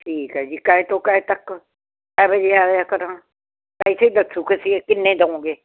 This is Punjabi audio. ਠੀਕ ਹੈਜੀ ਕੈ ਤੋਂ ਕੈ ਤੱਕ ਕੈ ਵਜੇ ਆਇਆ ਕਰਾਂ ਪੈਸੇ ਦੱਸੋ ਤੁਸੀਂ ਕਿੰਨੇ ਦੇਵੋਗੇ